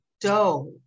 dough